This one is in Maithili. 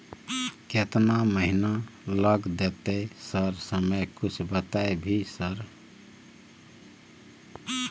केतना महीना लग देतै सर समय कुछ बता भी सर?